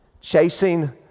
chasing